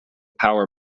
power